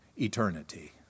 eternity